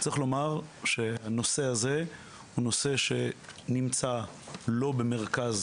צריך לומר שהנושא הזה הוא נושא שנמצא לא במרכז